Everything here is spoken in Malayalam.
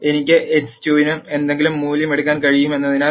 എനിക്ക് x2 ന് എന്തെങ്കിലും മൂല്യം എടുക്കാൻ കഴിയുമെന്നതിനാൽ